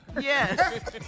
Yes